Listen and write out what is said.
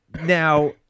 Now